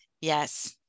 Yes